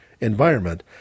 environment